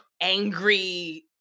angry